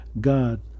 God